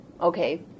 Okay